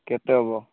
କେତେ ହେବ